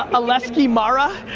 alesksa mara!